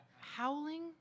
Howling